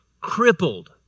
crippled